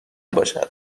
باشد